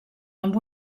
amb